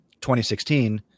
2016